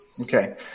Okay